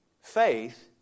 Faith